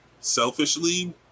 selfishly